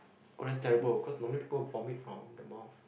oh that's terrible because normally people vomit from the mouth